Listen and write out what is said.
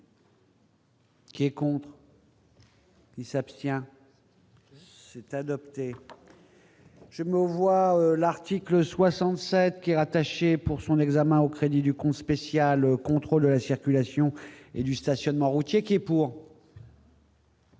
qui est pour. Il s'abstient c'est adopté, je vous vois l'art. Que 67 qui est rattachée, pour son examen au crédit du compte spécial au contrôle de la circulation et du stationnement routier qui est pour.